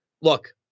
Look